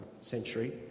century